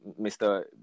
Mr